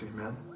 Amen